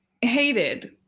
hated